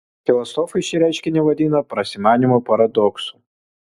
filosofai šį reiškinį vadina prasimanymo paradoksu